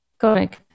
Correct